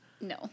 No